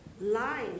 line